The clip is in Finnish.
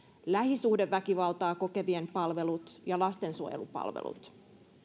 lähisuhdeväkivaltaa kokevien palvelut ja lastensuojelupalvelut